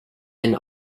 einen